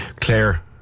Claire